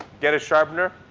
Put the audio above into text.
get a sharpener.